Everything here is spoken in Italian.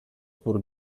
pur